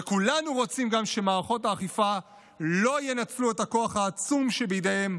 וכולנו גם רוצים שמערכות האכיפה לא ינצלו לרעה את הכוח העצום שבידיהן.